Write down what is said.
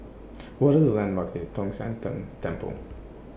What Are The landmarks near Tong Sian Tng Temple